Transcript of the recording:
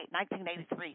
1983